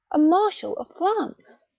a marshal of france?